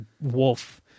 wolf